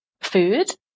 Food